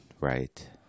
right